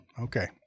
Okay